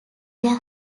their